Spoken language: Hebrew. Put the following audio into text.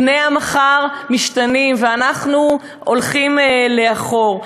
פני המחר משתנים, ואנחנו הולכים לאחור.